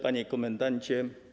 Panie Komendancie!